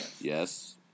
Yes